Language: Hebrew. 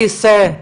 כיסא,